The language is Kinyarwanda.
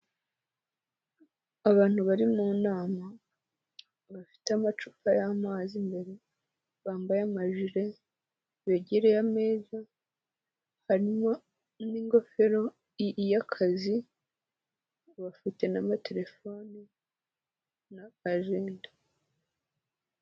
Abantu bari mu nama bafite amacupa y'amazi imbere, bambaye amajire, begereye ameza, harimo n'ingofero y'akazi bafite n'amatelefone n'akajenda.